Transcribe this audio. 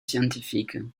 scientifiques